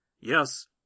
Yes